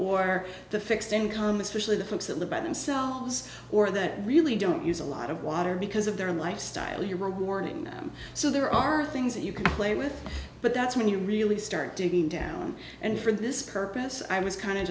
or the fixed income especially the folks that live by themselves or that really don't use a lot of water because of their lifestyle you were warning them so there are things that you can play with but that's when you really start digging down and for this purpose i was kind